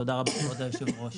תודה רבה, כבוד היושב-ראש.